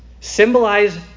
symbolize